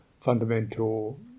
fundamental